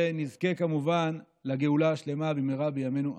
ונזכה כמובן לגאולה השלמה במהרה בימינו.